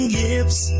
gifts